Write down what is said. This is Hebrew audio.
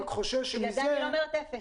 בגלל זה אני לא אומרת אפס.